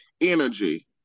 energy